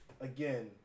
again